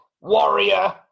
Warrior